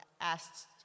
asked